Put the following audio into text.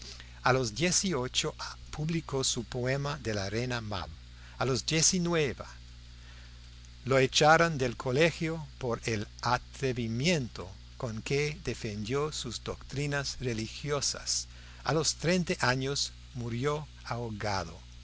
a los dieciocho publicó su poema de la reina mab a los diecinueve lo echaron del colegio por el atrevimiento con que defendió sus doctrinas religiosas a los treinta años murió ahogado